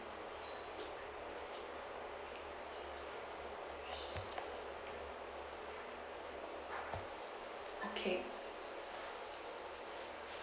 okay